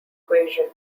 equation